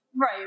Right